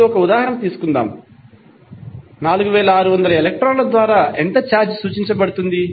ఇప్పుడు ఒక ఉదాహరణ తీసుకుందాం 4600 ఎలక్ట్రాన్ల ద్వారా ఎంత ఛార్జ్ సూచించబడుతుంది